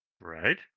right